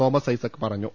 Thomas Isaac പറഞ്ഞു